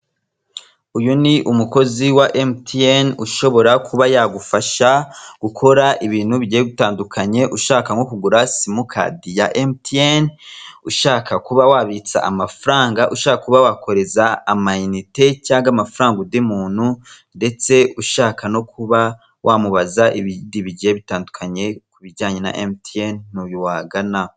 Uyu ni umukozi wa Emutiyene, ushobora kuba yagufasha gukora ibintu bigiye bitandukanye, ushaka nko kugura simukadi ya Emutiyene, ushaka kuba wabitsa amafaranga, ushaka kuba wakohereza amayinite cyangwa amafaranga undi muntu, ndetse ushaka no kuba wamubaza ibindi bigiye bitandukanye ku bijyanye a Emutiyene, ni uyu wagana.